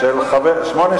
הש"סניקים פה.